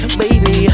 baby